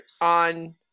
on